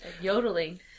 yodeling